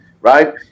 Right